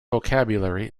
vocabulary